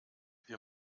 wir